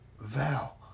Val